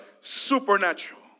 supernatural